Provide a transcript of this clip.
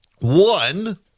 One